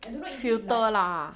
filter lah